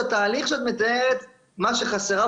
שמה שחסר בתהליך שאת מתארת זו שקיפות,